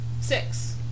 six